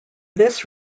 this